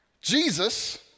Jesus